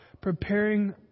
preparing